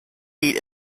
seat